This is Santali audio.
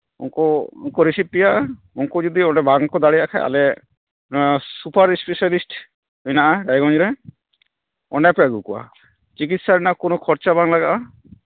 ᱩᱱᱠᱩ ᱩᱱᱠᱩ ᱠᱚ ᱨᱤᱥᱤᱵᱽ ᱯᱮᱭᱟ ᱩᱱᱠᱩ ᱡᱩᱫᱤ ᱚᱸᱰᱮ ᱵᱟᱝᱠᱚ ᱫᱟᱲᱮᱭᱟᱜ ᱠᱷᱟᱡ ᱟᱞᱮ ᱥᱩᱯᱟᱨ ᱥᱯᱮᱥᱟᱞᱤᱥᱴ ᱢᱮᱱᱟᱜᱼᱟ ᱰᱟᱹᱦᱤᱡᱩᱲᱤ ᱨᱮ ᱚᱸᱰᱮ ᱯᱮ ᱟᱹᱜᱩ ᱠᱚᱣᱟ ᱪᱤᱠᱤᱛᱥᱟ ᱨᱮᱱᱟᱜ ᱠᱳᱱᱳ ᱠᱷᱚᱨᱪᱟ ᱵᱟᱝ ᱞᱟᱜᱟᱜᱼᱟ